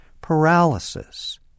Paralysis